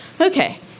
Okay